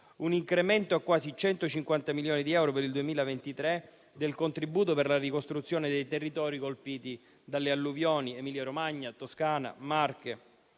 un incremento a quasi 150 milioni di euro per il 2023 del contributo per la ricostruzione dei territori colpiti dalle alluvioni (Emilia-Romagna, Toscana, Marche);